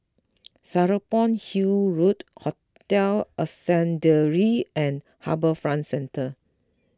Serapong Hill Road Hotel Ascendere and HarbourFront Centre